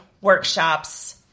workshops